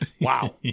wow